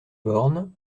borne